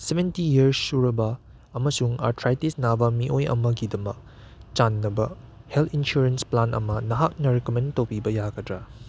seventy years ꯁꯨꯔꯕ ꯑꯃꯁꯨꯡ arthritis ꯅꯥꯕ ꯃꯤꯑꯣꯏ ꯑꯝꯒꯤꯗꯃꯛ ꯆꯥꯟꯅꯕ ꯍꯦꯜ ꯏꯟꯁꯨꯔꯦꯟꯁ ꯄ꯭ꯂꯥꯟ ꯑꯃ ꯅꯍꯥꯛꯅ ꯔꯤꯀꯝꯃꯦꯟ ꯇꯧꯕꯤꯕ ꯌꯥꯒꯗ꯭ꯔ